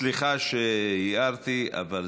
סליחה שהערתי, אבל